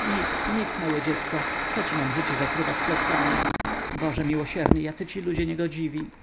nic nic moje dziecko co ci mam życie zatruwać plotkami boże miłosierny jacy ci ludzie niegodziwi